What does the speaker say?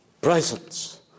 presence